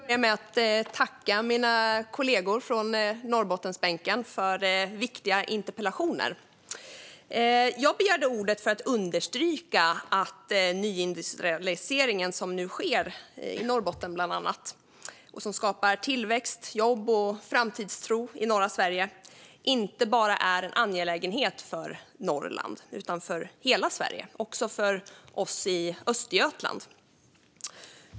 Fru talman! Jag vill börja med att tacka mina kollegor från Norrbottensbänken för viktiga interpellationer. Jag begärde ordet för att understryka att den nyindustrialisering som nu sker i bland annat Norrbotten och som skapar tillväxt, jobb och framtidstro i norra Sverige inte bara är en angelägenhet för Norrland utan för hela Sverige, också för oss i Östergötland.